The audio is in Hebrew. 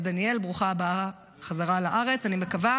אז, דניאל, ברוכה הבאה חזרה לארץ, אני מקווה